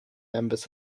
members